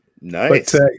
nice